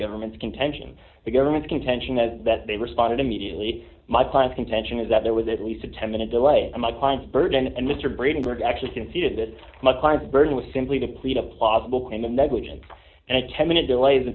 government's contention the government's contention that that they responded immediately my client contention is that there was at least a ten minute delay in my client's burden and mr braden burke actually conceded that my client's burden was simply to plead a plausible claim and negligent and ten minute delays